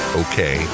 okay